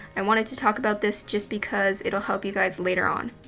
i wanted to talk about this just because it'll help you guys later on.